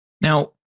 now